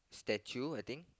statue I think